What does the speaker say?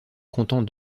comptant